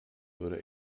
würde